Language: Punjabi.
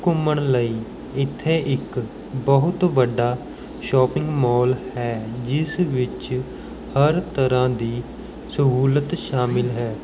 ਘੁੰਮਣ ਲਈ ਇੱਥੇ ਇੱਕ ਬਹੁਤ ਵੱਡਾ ਸ਼ੌਪਿੰਗ ਮੋਲ ਹੈ ਜਿਸ ਵਿੱਚ ਹਰ ਤਰ੍ਹਾਂ ਦੀ ਸਹੂਲਤ ਸ਼ਾਮਿਲ ਹੈ